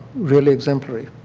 really exemplary.